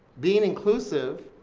being inclusive,